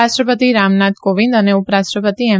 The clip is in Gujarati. રાષ્ટ્રપતિ રામનાથ કોવિંદ અને ઉપરાષ્ટ્રપતિ એમ